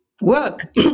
work